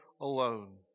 alone